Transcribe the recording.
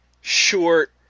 short